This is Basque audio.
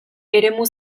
eremu